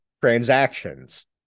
Transactions